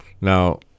Now